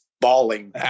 bawling